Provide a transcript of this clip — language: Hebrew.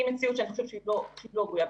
היא מציאות שאני חושבת שהיא לא בריאה.